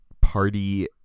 party